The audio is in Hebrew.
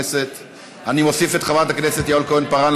אני מוסיף את חברת הכנסת יעל כהן-פארן,